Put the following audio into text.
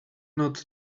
not